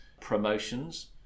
promotions